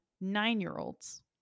Nine-year-olds